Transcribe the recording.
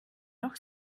noch